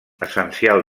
essencial